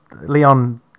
Leon